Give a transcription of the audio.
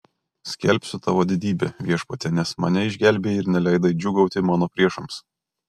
skelbsiu tavo didybę viešpatie nes mane išgelbėjai ir neleidai džiūgauti mano priešams